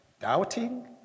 doubting